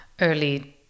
early